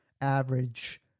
average